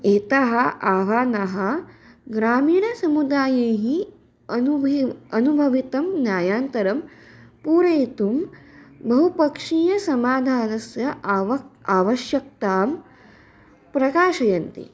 एतः आह्वनः ग्रामीणसमुदायैः अनुभवः अनुभवितं न्यायान्तरं पूरयितुं बहुपक्षीयसमाधानस्य आव आवश्यकतां प्रकाशयन्ति